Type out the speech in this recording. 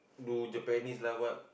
do Japanese like what